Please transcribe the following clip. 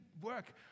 work